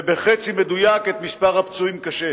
ובחצי מדויק את מספר הפצועים קשה.